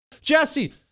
Jesse